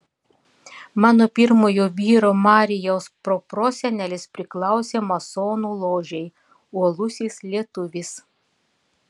mano pirmojo vyro marijaus proprosenelis priklausė masonų ložei uolusis lietuvis